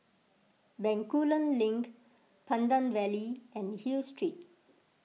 Bencoolen Link Pandan Valley and Hill Street